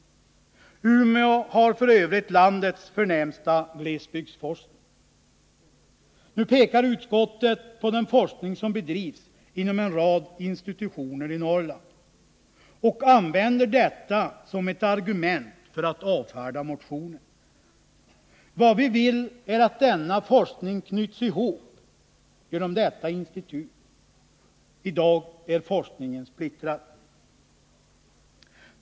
I Umeå bedrivs f. ö. landets förnämsta glesbygdsforskning. Nu pekar utskottet på den forskning som bedrivs inom en rad institutioner i Norrland och använder detta som ett argument för att avfärda motionen. Vad vi vill är att denna forskning skall knytas ihop genom detta institut —i dag är ju forskningen splittrad.